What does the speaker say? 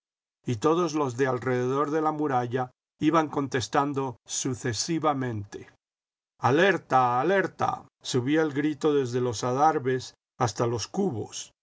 y todos los de alrededor de la muralla iban contestando sucesivamente alerta alerta subía el grito desde los adarves hasta los cubos